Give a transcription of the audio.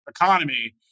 economy